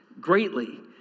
greatly